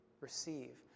receive